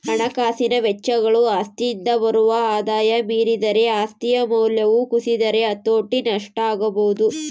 ಹಣಕಾಸಿನ ವೆಚ್ಚಗಳು ಆಸ್ತಿಯಿಂದ ಬರುವ ಆದಾಯ ಮೀರಿದರೆ ಆಸ್ತಿಯ ಮೌಲ್ಯವು ಕುಸಿದರೆ ಹತೋಟಿ ನಷ್ಟ ಆಗಬೊದು